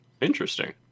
interesting